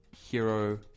Hero